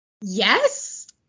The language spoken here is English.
yes